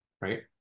right